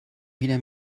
wieder